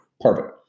Perfect